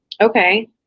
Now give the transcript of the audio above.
Okay